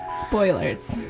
spoilers